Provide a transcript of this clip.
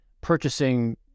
purchasing